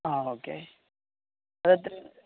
ആ ഓക്കെ അത് എത്രയാ